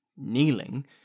kneeling